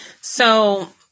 So-